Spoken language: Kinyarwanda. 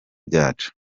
byacu